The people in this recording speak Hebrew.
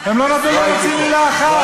לא פחות ולא, הם לא נתנו לו להוציא מילה אחת.